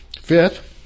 Fifth